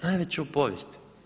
Najveće u povijesti.